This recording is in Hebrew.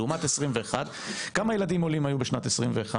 גדל לעומת 2021. כמה ילדים עולים היו בשנת 2021?